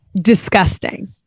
disgusting